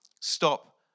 Stop